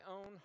own